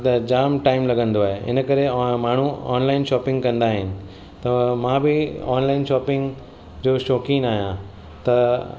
त jam time लॻंदो आहे हिन करे माण्हू ऑनलाइन शॉपिग कंदा आहिनि त मां बि ऑनलाइन जो शौक़ीनि आहियां त